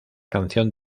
canción